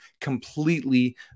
completely